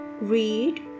Read